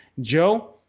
Joe